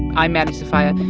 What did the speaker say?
i'm maddie sofia.